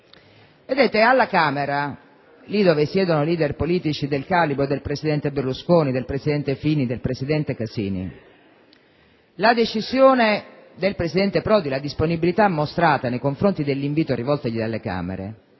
Vedete, alla Camera, dove siedono *leader* politici del calibro del presidente Berlusconi, del presidente Fini e del presidente Casini, la decisione del presidente Prodi, la disponibilità mostrata nei confronti dell'invito rivoltogli dalle Camere,